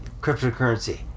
cryptocurrency